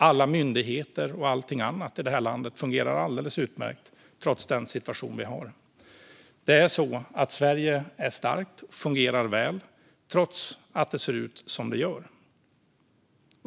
Alla myndigheter och allt annat i landet fungerar alldeles utmärkt, trots den situation som vi har. Sverige är starkt och fungerar väl, trots att det ser ut som det gör.